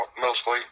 mostly